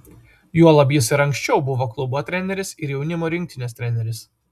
juolab jis ir anksčiau buvo klubo treneris ir jaunimo rinktinės treneris